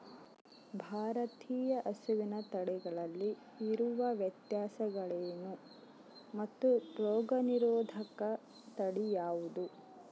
ಭಾರತೇಯ ಹಸುವಿನ ತಳಿಗಳಲ್ಲಿ ಇರುವ ವ್ಯತ್ಯಾಸಗಳೇನು ಮತ್ತು ರೋಗನಿರೋಧಕ ತಳಿ ಯಾವುದು?